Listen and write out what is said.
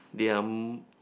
they are